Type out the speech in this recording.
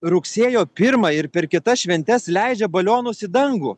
rugsėjo pirmąją ir per kitas šventes leidžia balionus į dangų